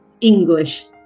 English